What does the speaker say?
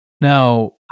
Now